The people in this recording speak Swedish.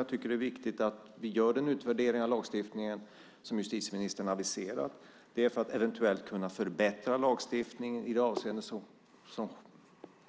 Jag tycker att det är viktigt att vi gör den utvärdering av lagstiftningen som justitieministern aviserar för att eventuellt kunna förbättra lagstiftningen i de avseenden som